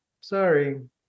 sorry